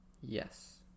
Yes